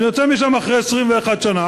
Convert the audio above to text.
אני יוצא משם אחרי 21 שנה,